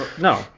No